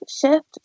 shift